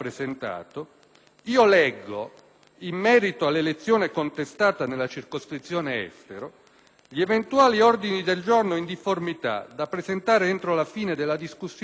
io leggo che in merito all'elezione contestata nella circoscrizione estero, gli eventuali ordini del giorno in difformità, da presentare entro la fine della discussione generale,